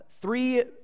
three